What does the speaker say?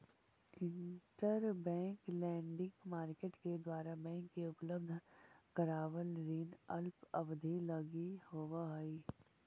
interbank lending market के द्वारा bank के उपलब्ध करावल ऋण अल्प अवधि लगी होवऽ हइ